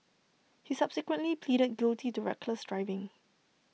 he subsequently pleaded guilty to reckless driving